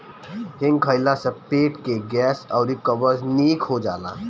हिंग खइला से पेट के गैस अउरी कब्ज निक हो जाला